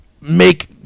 make